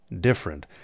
different